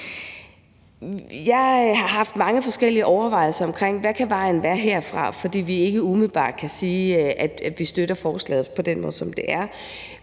Jeg har haft mange forskellige overvejelser om, hvad vejen kan være herfra, når vi ikke umiddelbart kan sige, at vi støtter forslaget på den måde, som det